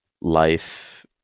Life